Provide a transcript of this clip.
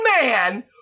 man